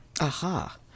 Aha